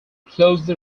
closely